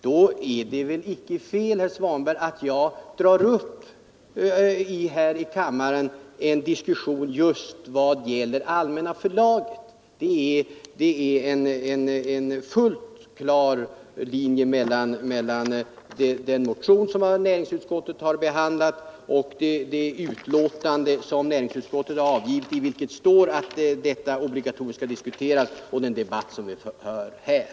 Då är det väl icke fel, herr Svanberg, att jag här i kammaren drar upp en diskussion just i vad gäller Allmänna förlaget. Det är en fullt klar linje mellan den motion som näringsutskottet har behandlat, det betänkande som näringsutskottet har avgivit, i vilket står att detta obligatorium skall diskuteras, och den debatt som vi för här.